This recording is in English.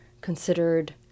considered